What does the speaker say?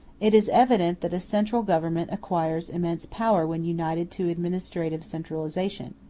it is evident that a central government acquires immense power when united to administrative centralization.